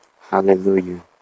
Hallelujah